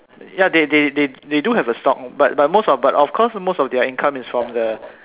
ya they they they they do have a stock but most of but of course most of their income is from the